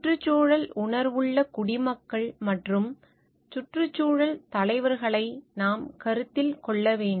சுற்றுச்சூழல் உணர்வுள்ள குடிமக்கள் மற்றும் சுற்றுச்சூழல் தலைவர்களை நாம் கருத்தில் கொள்ள வேண்டும்